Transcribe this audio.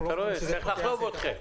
אתה רואה, צריך לחלוב אתכם.